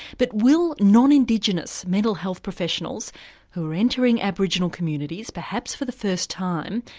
but will non-indigenous mental health professionals who are entering aboriginal communities, perhaps for the first time,